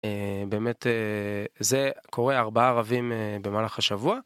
באמת זה קורה ארבעה ערבים במהלך השבוע.